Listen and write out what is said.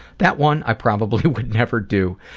that one i probably wouldn't ever do.